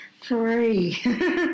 Three